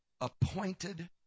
appointed